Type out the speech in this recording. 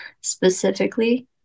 specifically